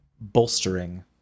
bolstering